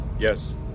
Yes